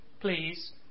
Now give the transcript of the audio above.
Please